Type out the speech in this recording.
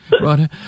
Right